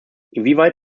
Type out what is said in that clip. inwieweit